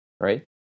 right